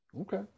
Okay